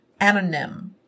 Anonym